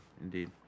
Indeed